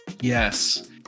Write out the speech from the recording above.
Yes